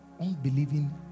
unbelieving